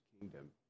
kingdom